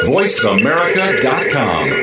VoiceAmerica.com